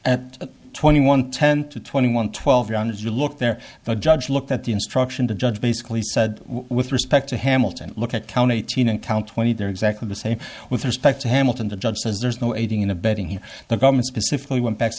at twenty one ten to twenty one twelve rounds you look there the judge looked at the instruction to judge basically said with respect to hamilton look at county eighteen and count twenty they're exactly the same with respect to hamilton the judge says there's no aiding and abetting here the government specifically went back